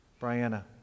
Brianna